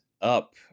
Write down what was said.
up